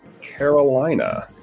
Carolina